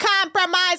compromise